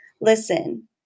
listen